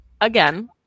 again